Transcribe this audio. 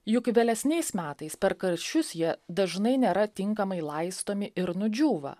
juk vėlesniais metais per karščius jie dažnai nėra tinkamai laistomi ir nudžiūva